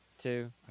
Two